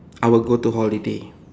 I will go to holiday